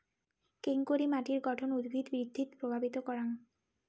কেঙকরি মাটির গঠন উদ্ভিদ বৃদ্ধিত প্রভাবিত করাং?